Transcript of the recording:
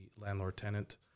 landlord-tenant